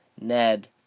Ned